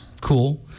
cool